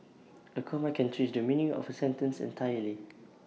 A comma can change the meaning of A sentence entirely